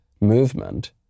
movement